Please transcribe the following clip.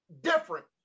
different